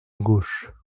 gauche